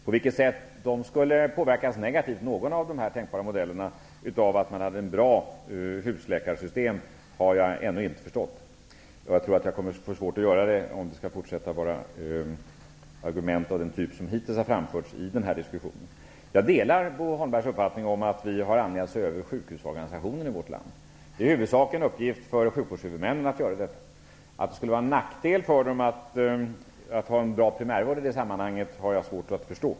På vilket sätt någon av de här tänkbara modellerna skulle påverkas negativt av ett bra husläkarsystem har jag ännu inte förstått. Jag tror att det blir svårt att förstå om argumenten fortsättningsvis är av samma typ som de argument som hittills framförts i den här diskussionen. Jag delar Bo Holmbergs uppfattning att vi har anledning se över sjukhusorganisationen i vårt land. Men det är huvudsakligen en uppgift för sjukvårdshuvudmännen. Att det skulle vara en nackdel för dem i det sammanhanget att ha en bra primärvård har jag svårt att förstå.